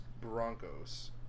Broncos